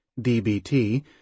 DBT